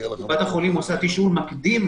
קופת החולים עושה תשאול מקדים,